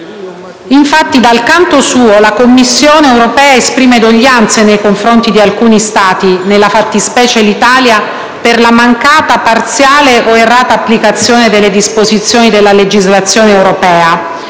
Infatti, dal canto suo, la Commissione europea esprime doglianze nei confronti di alcuni Stati, nella fattispecie l'Italia, per la mancata, parziale o errata applicazione delle disposizioni della legislazione europea: